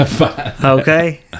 Okay